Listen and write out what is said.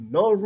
no